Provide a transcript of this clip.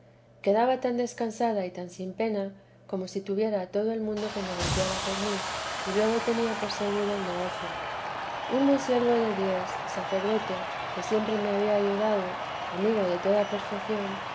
quedaba tan descansada y tan sin pena como si tuviera a todo el mundo que negociara por mí y luego tenía por seguro el negocio un muy siervo de dios sacerdote que siempre me había ayudado amigo de toda perfección